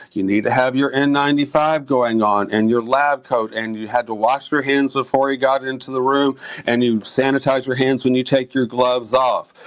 you need to have your n nine five going on and your lab coat, and you have to wash your hands before you got into the room and you sanitize your hands when you take your gloves off.